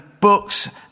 books